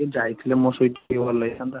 ଟିକିଏ ଯାଇଥିଲେ ମୋ ସହିତ ଟିକିଏ ଭଲ ହେଇଥାନ୍ତା